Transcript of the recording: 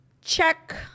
Check